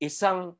Isang